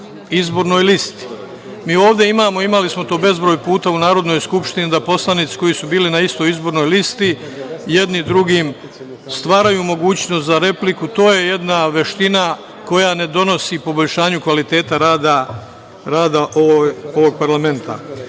izbornoj listi. Mi smo imali bezbroj puta u Narodnoj skupštini da poslanici koji su bili na istoj izbornoj listi jedni drugima stvaraju mogućnost za repliku. To je jedna veština koja ne donosi poboljšanju kvaliteta rada ovog parlamenta. Korupcija